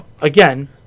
Again